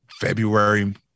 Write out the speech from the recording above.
February